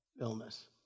illness